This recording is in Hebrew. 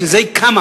בשביל זה היא קמה.